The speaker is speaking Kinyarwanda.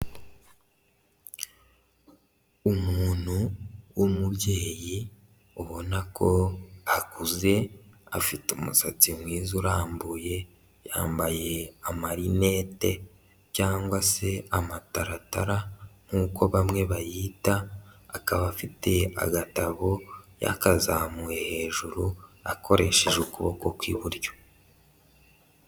Umuntu w'umubyeyi ubona ko akuze, afite umusatsi mwiza urambuye, yambaye amarinete cyangwa se amataratara nkuko bamwe bayita, akaba afite agatabo, yakazamuye hejuru, akoresheje ukuboko kw'iburyo.